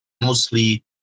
mostly